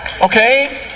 Okay